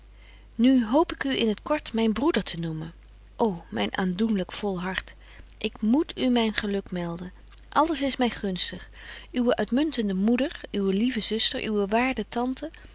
nu hoop ik u in t kort myn broeder te noemen ô myn aandoenlyk vol hart ik moet u myn geluk melden alles is my gunstig uwe uitmuntende moeder uwe lieve zuster uwe waarde tante